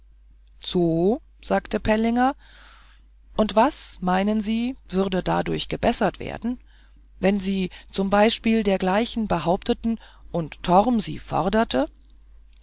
so sagte pellinger und was meinen sie würde dadurch gebessert werden wenn sie zum beispiel dergleichen behaupteten und torm sie forderte